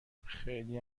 خیلی